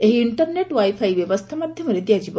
ଏହି internet wifi ବ୍ୟବସ୍ଥା ମାଧ୍ୟମରେ ଦିଆଯିବ